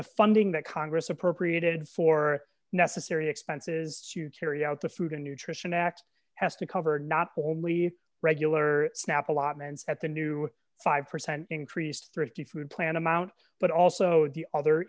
the funding that congress appropriated for necessary expenses to carry out the food and nutrition act has to cover not only regular snap allotments at the new five percent increase thrifty food plan amount but also the other